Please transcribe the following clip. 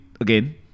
again